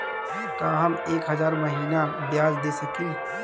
का हम एक हज़ार महीना ब्याज दे सकील?